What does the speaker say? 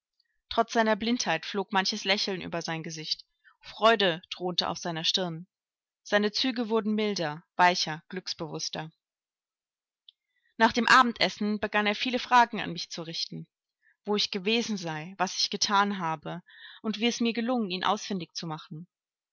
trotz seiner blindheit flog manches lächeln über sein gesicht freude thronte auf seiner stirn seine züge wurden milder weicher glücksbewußter nach dem abendessen begann er viele fragen an mich zu richten wo ich gewesen sei was ich gethan habe und wie es mir gelungen ihn ausfindig zu machen